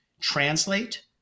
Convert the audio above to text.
translate